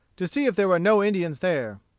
to see if there were no indians there.